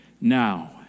now